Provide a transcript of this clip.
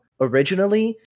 originally